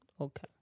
Okay